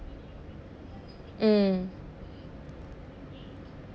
mm